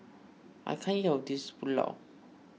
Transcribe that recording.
I can't eat all of this Pulao